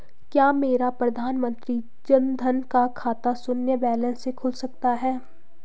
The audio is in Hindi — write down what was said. क्या मेरा प्रधानमंत्री जन धन का खाता शून्य बैलेंस से खुल सकता है?